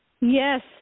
yes